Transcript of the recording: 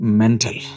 mental